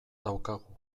daukagu